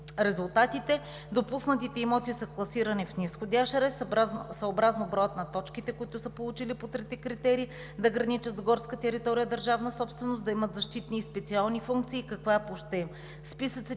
резултатите. Допуснатите имоти са класирани в низходящ ред, съобразно броя на точките, които са получили по трите критерия – да граничат с горска територия държавна собственост, да имат защитни и специални функции, каква е